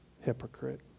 hypocrite